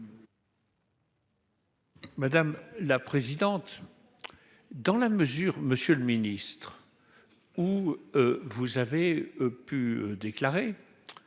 Madame la présidente, dans la mesure Monsieur le Ministre, où vous avez pu déclarer